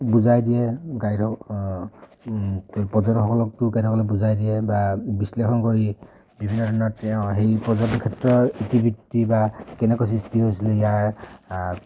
বুজাই দিয়ে গাইডেও পৰ্যটকসকলকটো গাইডসকলে বুজাই দিয়ে বা বিশ্লেষণ কৰি দিয়ে বিভিন্ন ধৰণৰ তেওঁ সেই পৰ্যটকৰ ক্ষেত্ৰত ইতিবৃত্তি বা কেনেকৈ সৃষ্টি হৈছিলে ইয়াৰ